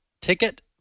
ticket